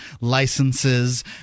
licenses